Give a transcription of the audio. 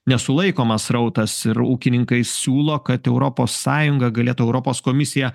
nesulaikomas srautas ir ūkininkai siūlo kad europos sąjunga galėtų europos komisiją